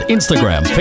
Instagram